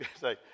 say